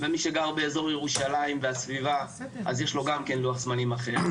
ומי שגר באזור ירושלים והסביבה יש לו גם לוח זמנים אחר,